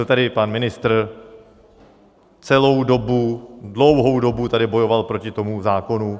Byl tady pan ministr, celou dobu, dlouhou dobu tady bojoval proti tomu zákonu.